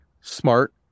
Smart